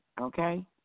okay